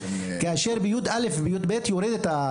כאשר בי״א ובי״ב אחוזי הנשירה יורדים.